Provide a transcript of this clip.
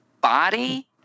body –